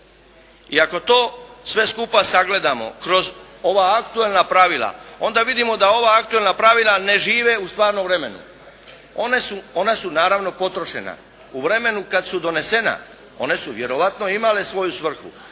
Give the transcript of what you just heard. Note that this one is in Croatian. I ako to sve skupa sagledamo kroz ova aktualna pravila, onda vidimo da ova aktualna pravila ne žive u stvarnom vremenu. Ona su naravno potrošena u vremenu kad su donesena, one su vjerojatno imale svoju svrhu.